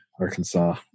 Arkansas